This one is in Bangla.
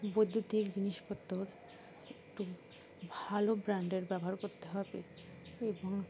বৈদ্যুতিক জিনিসপত্র একটু ভালো ব্র্যান্ডের ব্যবহার করতে হবে এবং